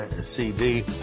CD